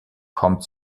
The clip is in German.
kommt